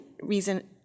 reason